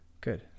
Good